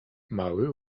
mały